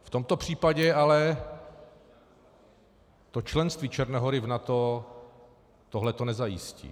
V tomto případě ale členství Černé Hory v NATO tohle nezajistí.